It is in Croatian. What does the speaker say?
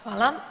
Hvala.